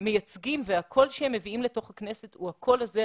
מייצגים והקול שהם מביאים לתוך הכנסת הוא הקול הזה,